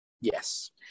Yes